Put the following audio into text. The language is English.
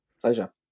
pleasure